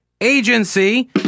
agency